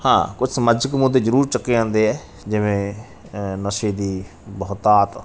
ਹਾਂ ਕੁਛ ਸਮਾਜਿਕ ਮੁੱਦੇ ਜ਼ਰੂਰ ਚੱਕੇ ਜਾਂਦੇ ਹੈ ਜਿਵੇਂ ਨਸ਼ੇ ਦੀ ਬਹੁਤਾਤ